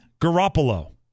Garoppolo